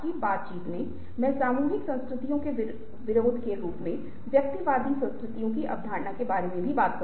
अब यह ऐसी चीजें हैं जो फोन पर जानना असंभव है जब तक कि ये आपके शब्दों या संचार के माध्यम से या भाषण के माध्यम से व्यक्त न हो